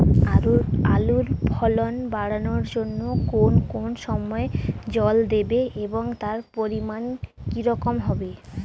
আলুর ফলন বাড়ানোর জন্য কোন কোন সময় জল দেব এবং তার পরিমান কি রকম হবে?